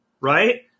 Right